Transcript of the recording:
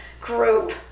group